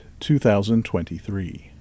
2023